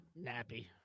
Nappy